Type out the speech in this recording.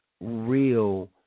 real